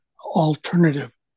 alternative